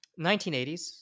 1980s